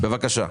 בבקשה.